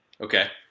Okay